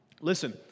Listen